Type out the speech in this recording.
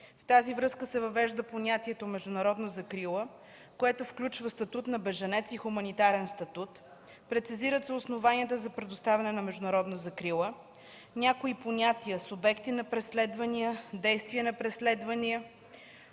В тази връзка се въвежда понятието „международна закрила”, което включва статут на бежанец и хуманитарен статут; прецизират се основанията за предоставяне на международна закрила; някои понятия – субекти на преследване, действия на преследване;